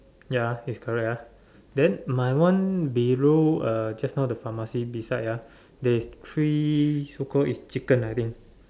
ya is correct ah then my one below uh just now the pharmacy beside ah there is three so called is chicken I think